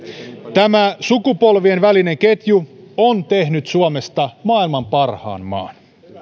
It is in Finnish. tämä sukupolvien välinen ketju on tehnyt suomesta maailman parhaan maan